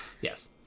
yes